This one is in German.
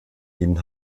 ihnen